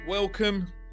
Welcome